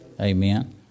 Amen